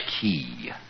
key